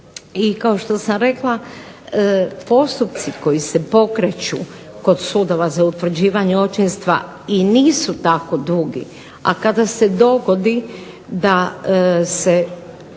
I kao što sam rekla postupci koji se pokreću kod sudova za utvrđivanje očinstva i nisu tako dugi. A kada se dogodi da se